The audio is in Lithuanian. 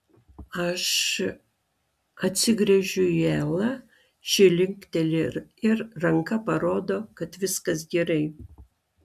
aš atsigręžiu į elą ši linkteli ir ranka parodo kad viskas gerai